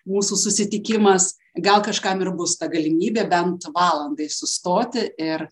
mūsų susitikimas gal kažkam ir bus ta galimybė bent valandai sustoti ir